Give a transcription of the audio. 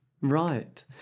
Right